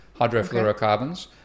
hydrofluorocarbons